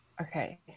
Okay